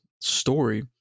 story